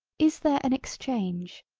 is there an exchange,